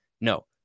No